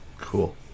Cool